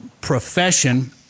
profession